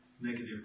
negative